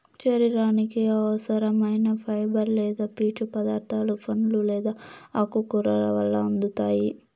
శరీరానికి అవసరం ఐన ఫైబర్ లేదా పీచు పదార్థాలు పండ్లు లేదా ఆకుకూరల వల్ల అందుతాయి